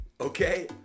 okay